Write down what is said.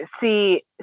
see